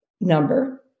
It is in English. Number